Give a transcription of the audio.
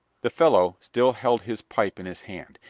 the fellow still held his pipe in his hand.